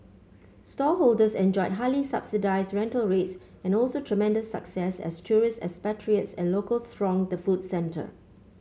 stallholders enjoyed highly subsidised rental rates and also tremendous success as tourists expatriates and locals thronged the food centre